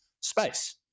space